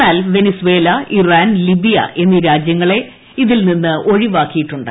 എന്നാൽ Venezuela Iran Libya എന്നീ രാജ്യങ്ങളെ ഇതിൽ നിന്ന് ഒഴിവാക്കിയിട്ടുണ്ട്